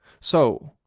so,